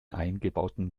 eingebautem